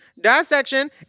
dissection